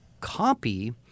copy